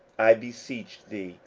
i beseech thee,